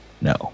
No